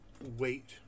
wait